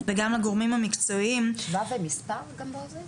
כלבים)* וכן בהצמדת תו הנושא מספר לאוזן